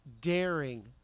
daring